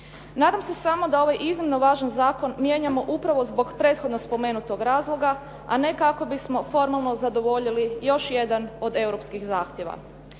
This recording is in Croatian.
Nadam se samo da ovaj iznimno važan zakon mijenjamo upravo zbog prethodno spomenutog razloga, a ne kako bismo formalno zadovoljili još jedan od europskih zahtjeva.